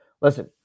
listen